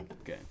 okay